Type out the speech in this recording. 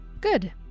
Good